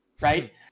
right